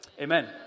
amen